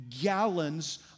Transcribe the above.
gallons